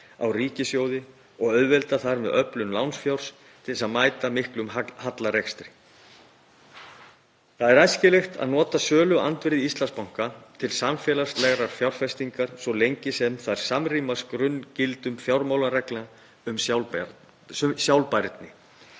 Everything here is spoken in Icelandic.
á ríkissjóði og auðvelda þar með öflun lánsfjár til að mæta miklum hallarekstri. Það er æskilegt að nota söluandvirði Íslandsbanka til samfélagslegra fjárfestinga svo lengi sem þær samrýmast grunngildum fjármálaregla um sjálfbærni,